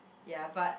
ya but